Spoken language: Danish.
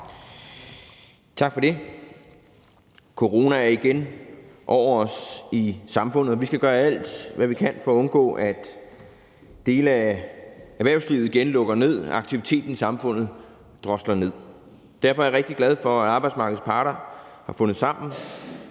Andersen (V): Corona er igen over os i samfundet, og vi skal gøre alt, hvad vi kan, for at undgå, at dele af erhvervslivet igen lukker ned og aktiviteten i samfundet drosles ned. Derfor er jeg rigtig glad for, at arbejdsmarkedets parter har fundet sammen